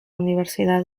universidad